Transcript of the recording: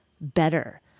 better